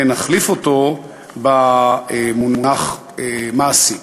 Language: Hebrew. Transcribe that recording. ונחליף אותו במונח מעסיק.